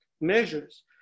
measures